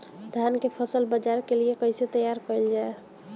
धान के फसल बाजार के लिए कईसे तैयार कइल जाए?